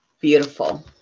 Beautiful